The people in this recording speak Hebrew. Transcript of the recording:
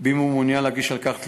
אם הוא מעוניין להגיש על כך תלונה,